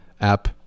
app